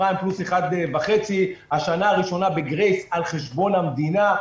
פריים פלוס 1.5%. השנה הראשונה בגרייס על חשבון המדינה.